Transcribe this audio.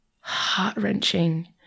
heart-wrenching